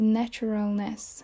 naturalness